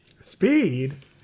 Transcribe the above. Speed